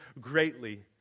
greatly